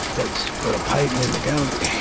that's got a painting in a gallery,